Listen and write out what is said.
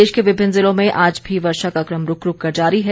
प्रदेश के विभिन्न जिलों में आज भी वर्षा का क्रम रुक रुक कर जारी है